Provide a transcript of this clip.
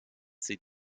sie